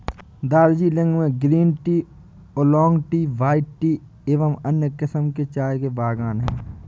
दार्जिलिंग में green tea, oolong tea, white tea एवं अन्य किस्म के चाय के बागान हैं